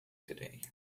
today